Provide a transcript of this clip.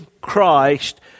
Christ